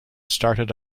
started